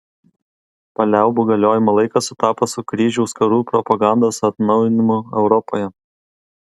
paliaubų galiojimo laikas sutapo su kryžiaus karų propagandos atnaujinimu europoje